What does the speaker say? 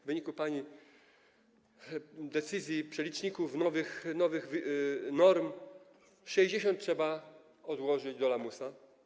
W wyniku pani decyzji, przeliczników, nowych norm, 60 trzeba odłożyć do lamusa.